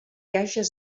hages